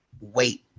wait